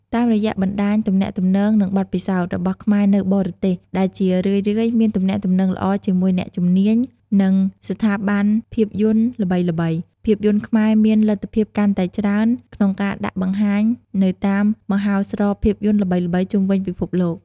តាមរយៈ បណ្តាញទំនាក់ទំនង និង បទពិសោធន៍ របស់ខ្មែរនៅបរទេស ដែលជារឿយៗមានទំនាក់ទំនងល្អជាមួយអ្នកជំនាញ និងស្ថាប័នភាពយន្តល្បីៗ ភាពយន្តខ្មែរមាន លទ្ធភាពកាន់តែច្រើនក្នុងការដាក់បង្ហាញនៅតាមមហោស្រពភាពយន្តល្បីៗជុំវិញពិភពលោក។